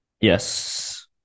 Yes